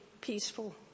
peaceful